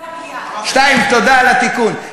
תודה על התיקון.